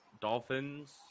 Dolphins